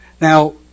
Now